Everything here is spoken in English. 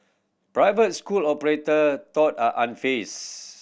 private school operator though are unfazed